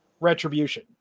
retribution